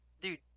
dude